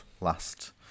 last